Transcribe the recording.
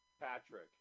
Patrick